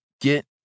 get